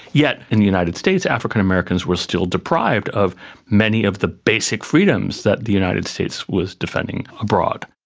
yet in the united states african americans were still deprived of many of the basic freedoms that the united states was defending abroad.